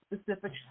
specific